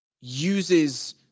uses